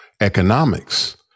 economics